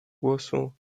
głosu